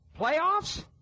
Playoffs